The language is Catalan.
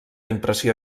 impressió